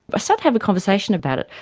so to have a conversation about it,